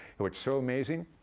what's so amazing,